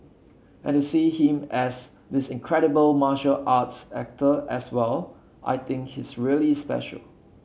and to see him as this incredible martial arts actor as well I think he's really special